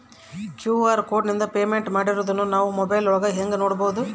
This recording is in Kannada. ಕ್ಯೂ.ಆರ್ ಕೋಡಿಂದ ಪೇಮೆಂಟ್ ಮಾಡಿರೋದನ್ನ ನಾವು ಮೊಬೈಲಿನೊಳಗ ಹೆಂಗ ನೋಡಬಹುದು?